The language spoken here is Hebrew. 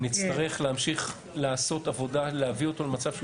נצטרך להמשיך לעשות עבודה להביא אותו למצב שהוא